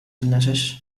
illnesses